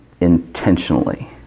intentionally